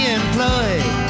employed